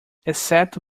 exceto